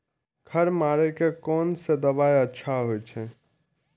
खर मारे के कोन से दवाई अच्छा होय छे?